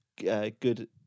good